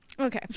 Okay